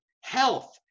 health